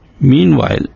Meanwhile